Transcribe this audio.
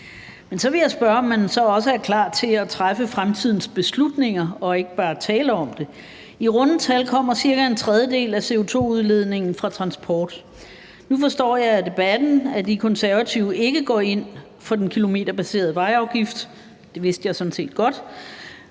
Men så vil jeg spørge, om man så også er klar til at træffe fremtidens beslutninger og ikke bare tale om det. I runde tal kommer cirka en tredjedel af CO2-udledningen fra transport, og nu forstår jeg af debatten, at De Konservative ikke går ind for den kilometerbaserede vejafgift – det vidste jeg sådan set godt